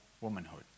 womanhood